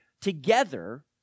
together